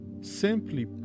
Simply